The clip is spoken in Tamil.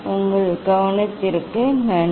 உங்கள் கவனத்திற்கு நன்றி